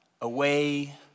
away